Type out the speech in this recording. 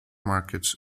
markets